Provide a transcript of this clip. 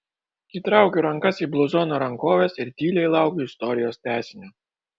įtraukiu rankas į bluzono rankoves ir tyliai laukiu istorijos tęsinio